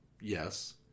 Yes